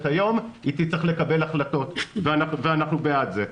היום היא תצטרך לקבל החלטות ואנחנו בעד זה.